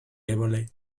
evole